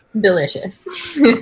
Delicious